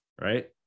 Right